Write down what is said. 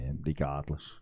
regardless